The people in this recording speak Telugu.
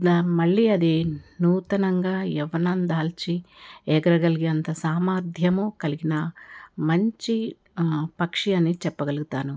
ఇలా మళ్ళీ అదే నూతనంగా యవ్వనం దాల్చి ఎగరగలిగే అంత సామర్థ్యము కలిగిన మంచి పక్షి అని చెప్పగలుగుతాను